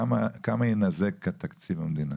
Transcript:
כמה יינזק תקציב המדינה?